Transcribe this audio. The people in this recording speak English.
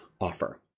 offer